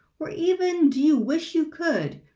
or even do you wish you could.